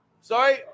Sorry